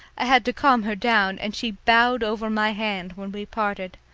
i had to calm her down, and she bowed over my hand when we parted.